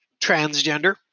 transgender